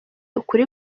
ukuri